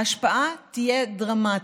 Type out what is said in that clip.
ההשפעה תהיה דרמטית,